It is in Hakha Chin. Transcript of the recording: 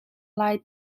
lai